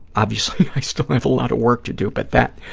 obviously i still have a lot of work to do, but that,